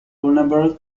vulnerable